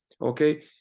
okay